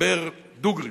"דבר דוגרי".